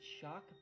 shock